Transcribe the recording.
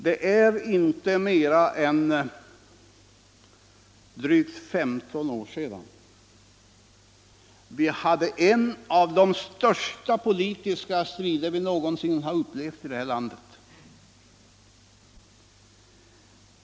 Det är inte mera än drygt 15 år sedan vi hade en av de största politiska strider som vi någonsin har upplevt i det här landet.